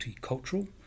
multicultural